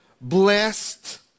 Blessed